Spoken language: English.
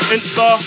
Insta